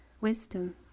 wisdom